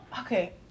okay